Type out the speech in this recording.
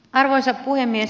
arvoisa puhemies